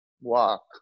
Walk